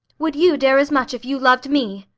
would you dare as much if you loved me?